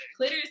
Clitters